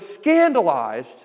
scandalized